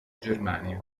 germania